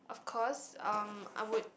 of course um I would